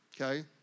Okay